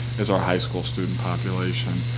is our high school student population.